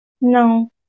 no